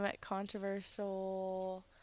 controversial